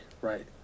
Right